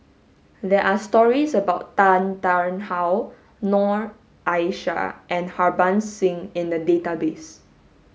there are stories about Tan Tarn How Noor Aishah and Harbans Singh in the database